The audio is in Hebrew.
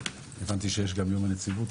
הבנתי שיש היום גם יום הנציבות,